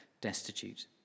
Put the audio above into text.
destitute